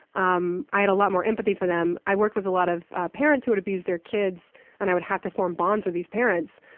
um i had a lot more empathy for them. i worked with a lot of parents who had abused their kids and i would have to form bonds with these parents,